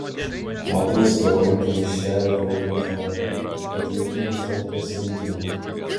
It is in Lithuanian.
moteris reaguojanti į šią jo užuominą patvirtina savo pasirengimą